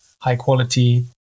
high-quality